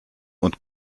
und